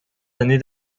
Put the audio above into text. années